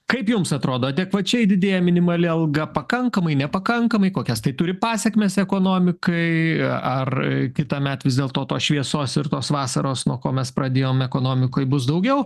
kaip jums atrodo adekvačiai didėja minimali alga pakankamai nepakankamai kokias tai turi pasekmes ekonomikai ar kitąmet vis dėlto tos šviesos ir tos vasaros nuo ko mes pradėjom ekonomikoj bus daugiau